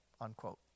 unquote